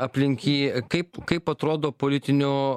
aplink jį kaip kaip atrodo politinių